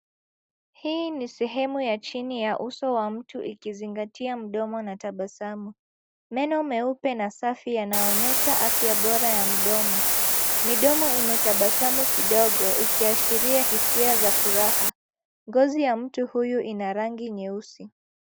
Hii ni sehemu ya chini ya uso wa mtu ikizingatia mdomo na tabasamu. Meno meupe na safi yanaonyesha afya bora ya mdomo. Midomo imetabasamu kidogo ikiashiria hisia za furaha. Ngozi iya mtu huyu ina rangi nyeusi .